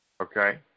Okay